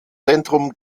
zentrum